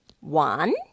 One